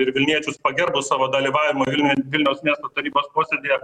ir vilniečius pagerbus savo dalyvavimu viln vilniaus miesto tarybos posėdyje